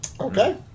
Okay